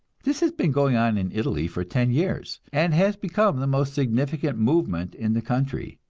this has been going on in italy for ten years, and has become the most significant movement in the country.